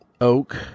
oak